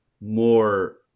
more